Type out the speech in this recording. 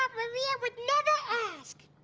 um maria would never ask.